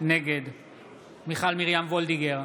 נגד מיכל מרים וולדיגר,